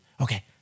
okay